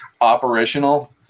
operational